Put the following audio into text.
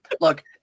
Look